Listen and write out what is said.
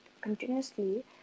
continuously